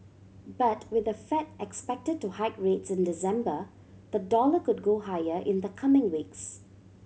but with the Fed expected to hike rates in December the dollar could go higher in the coming weeks